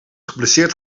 geblesseerd